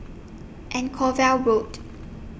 Anchorvale Road